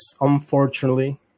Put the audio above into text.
unfortunately